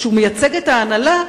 שמייצג את ההנהלה,